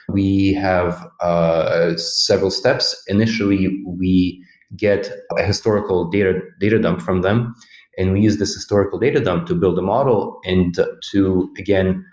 we have ah several steps. initially, we get ah historical data data dump from them and we use this historical data dump to build a model and to, again,